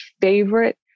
favorite